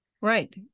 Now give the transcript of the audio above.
right